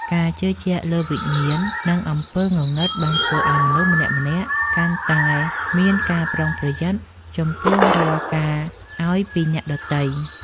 ការជឿជាក់លើវិញ្ញាណនិងអំពើងងឹតបានធ្វើឱ្យមនុស្សម្នាក់ៗកាន់តែមានការប្រុងប្រយ័ត្នចំពោះរាល់ការអោយពីអ្នកដទៃ។